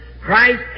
Christ